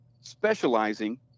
specializing